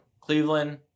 Cleveland